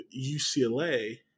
UCLA